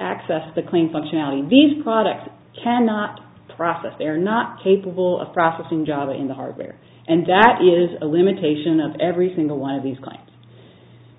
access the clean functionality these products cannot process they're not capable of processing java in the hardware and that is a limitation of every single one of these kinds